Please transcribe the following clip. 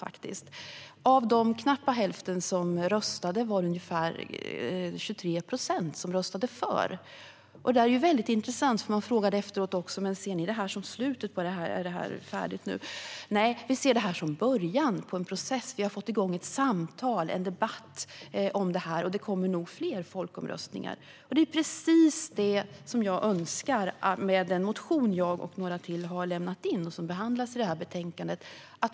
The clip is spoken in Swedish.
Av den knappa hälft som gick och röstade var det ungefär 23 procent som röstade för. Det här är intressant. Efteråt ställdes frågan om röstresultatet var slutet. Svaret var att man såg det som början på en process. Ett samtal och en debatt hade kommit igång, och det kommer nog fler folkomröstningar. Det är precis vad jag önskar med den motion som jag och några till har väckt. Den behandlas i betänkandet.